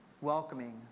welcoming